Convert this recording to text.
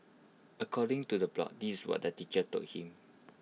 according to the blog this what the teacher told him